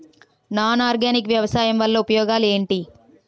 Non organic వ్యవసాయం వల్ల ఉపయోగాలు ఏంటీ?